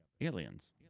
Aliens